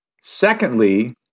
Secondly